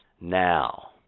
Now